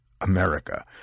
America